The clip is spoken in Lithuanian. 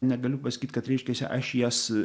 negaliu pasakyt kad reiškiasi aš jas